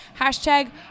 Hashtag